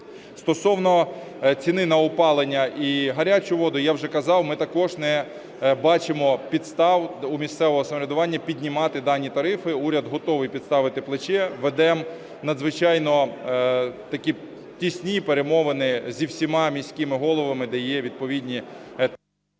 Стосовно ціни на опалення і гарячу воду. Я вже казав, ми також не бачимо підстав у місцевого самоврядування піднімати дані тарифи. Уряд готовий підставити плече. Ведемо надзвичайно такі тісні перемовини зі всіма міськими головами, де є відповідні...